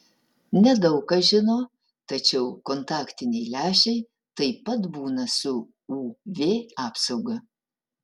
ne daug kas žino tačiau kontaktiniai lęšiai taip pat būna su uv apsauga